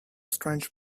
strange